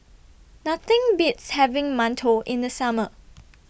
Nothing Beats having mantou in The Summer